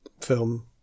film